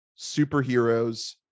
superheroes